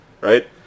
right